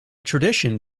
tradition